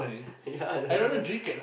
ya